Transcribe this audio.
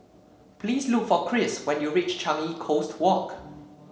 please look for Kris when you reach Changi Coast Walk